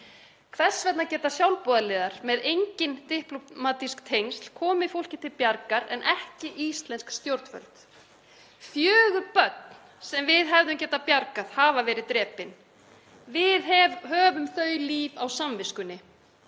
Hvers vegna geta sjálfboðaliðar með engin diplómatísk tengsl komið fólki til bjargar en ekki íslensk stjórnvöld? Fjögur börn sem við hefðum getað bjargað hafa verið drepin. Við höfum þau líf á samviskunni.